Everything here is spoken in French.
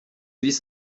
hisse